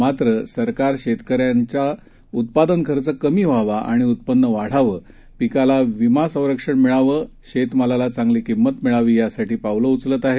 मात्रसरकारशेतकऱ्यांचाउत्पादनखर्चकमाव्हावाआणिउत्पन्नवाढावं पिकालाविमासंरक्षणमिळावं शेतमालालाचांगलीकिंमतमिळावीयासाठीपावलंउचलतआहे